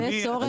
על פי הצורך.